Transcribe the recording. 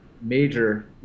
major